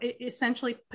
essentially